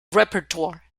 repertoire